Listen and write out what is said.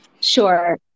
Sure